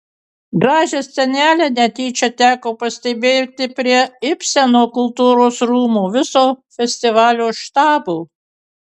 gražią scenelę netyčia teko pastebėti prie ibseno kultūros rūmų viso festivalio štabo